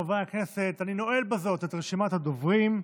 חברי הכנסת, אני נועל בזאת את רשימת הדוברים.